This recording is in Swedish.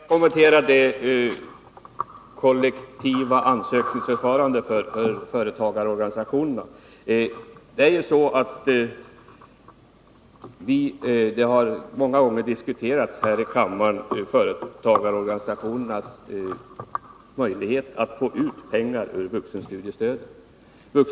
Herr talman! Jag skall kommentera det kollektiva ansökningsförfarandet för företagarorganisationerna. Frågan om företagarorganisationernas möjlighet att få pengar genom vuxenstudiestöd har många gånger diskuterats här i kammaren.